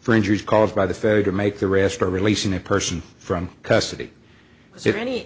for injuries caused by the failure to make the rest releasing a person from custody so if any